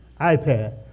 iPad